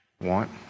want